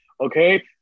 okay